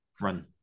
run